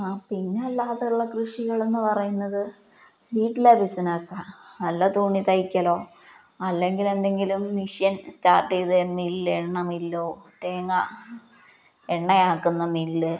ആ പിന്നല്ലാതുള്ള കൃഷികളെന്നു പറയുന്നത് വീട്ടിലെ ബിസിനസ്സാണ് വല്ല തുണി തയ്ക്കലോ അല്ലെങ്കില് എന്തെങ്കിലും മിഷൻ സ്റ്റാർട്ട് ചെയ്ത് മില്ല് എണ്ണ മില്ലോ തേങ്ങാ എണ്ണയാക്കുന്ന മില്ല്